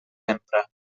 empra